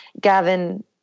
Gavin